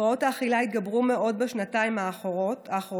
הפרעות האכילה התגברו מאוד בשנתיים האחרונות,